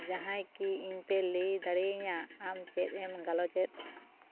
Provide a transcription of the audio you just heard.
ᱡᱟᱦᱟᱭ ᱠᱤ ᱤᱧᱯᱮ ᱞᱟᱹᱭ ᱫᱟᱲᱮᱭᱟᱹᱧᱟ ᱟᱢ ᱪᱮᱫ ᱮᱢ ᱜᱟᱞᱚᱪᱮᱫ